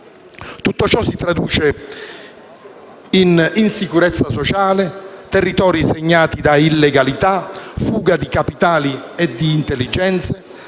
Tutto ciò si traduce in insicurezza sociale, territori segnati da illegalità, fuga di capitali e di intelligenze,